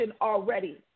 already